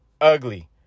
ugly